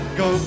go